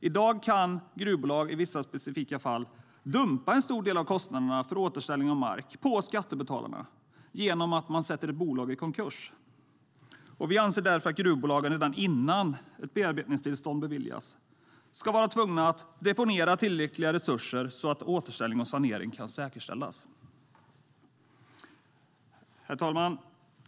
I dag kan gruvbolag i vissa specifika fall dumpa en stor del av kostnaden för återställning av mark på skattebetalarna genom att sätta bolag i konkurs. Vi anser därför att gruvbolagen redan innan ett bearbetningstillstånd beviljas ska vara tvungna att deponera tillräckliga resurser så att återställning och sanering kan säkerställas. Herr ålderspresident!